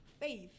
faith